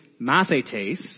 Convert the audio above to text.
Mathetes